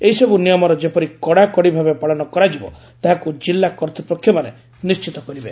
ଏହିସବୁ ନିୟମର ଯେପରି କଡ଼ାକଡ଼ି ଭାବେ ପାଳନ କରାଯିବ ତାହାକୁ କିଲ୍ଲା କର୍ତ୍ତ୍ପକ୍ଷମାନେ ନିଶ୍ଚିତ କରିବେ